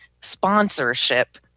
sponsorship